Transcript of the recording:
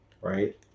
right